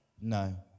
No